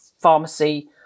pharmacy